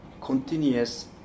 continuous